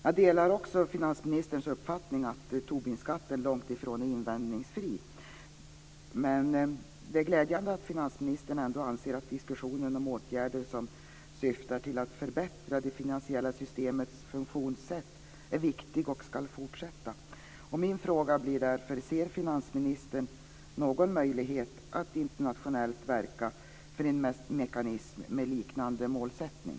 Jag delar också finansministerns uppfattning att Tobinskatten långtifrån är invändningsfri. Men det är glädjande att finansministern ändå anser att diskussionen om åtgärder som syftar till att förbättra det finansiella systemets funktionssätt är viktig och ska fortsätta. Min fråga blir därför: Ser finansministern någon möjlighet att internationellt verka för en mekanism med liknande målsättning?